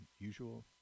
usual